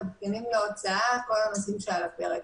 תבחינים להוצאה וכל הנושאים שעל הפרק.